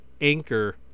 anchor